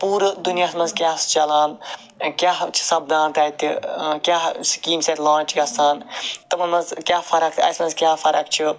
پوٗرٕ دُنیَہَس مَنٛز کیاہ چھُ چَلان کیاہ چھ سَبدان تتہِ کیاہ سکیٖمز چھِ تتہِ لانٛچ گَژھان تمن مَنٛز کیاہ فَرَکھ اسہ مَنٛز کیاہ فَرَکھ چھِ